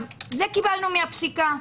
את זה קיבלנו מהפסיקה,